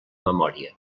memòria